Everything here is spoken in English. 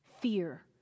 fear